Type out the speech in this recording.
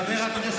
אבל כל,